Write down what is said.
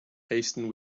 hasten